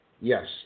Yes